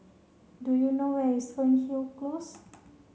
do you know where is Fernhill Close